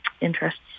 interests